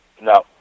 No